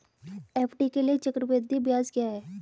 FD D लिए चक्रवृद्धि ब्याज क्या है?